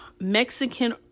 Mexican